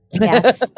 Yes